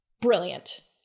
brilliant